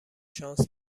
شانس